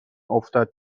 افتاد